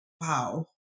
wow